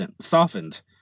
softened